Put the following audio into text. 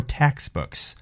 textbooks